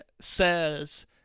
says